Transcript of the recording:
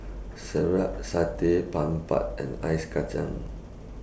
Sireh Satay and Ice Kachang